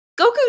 Goku